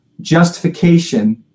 justification